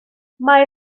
mae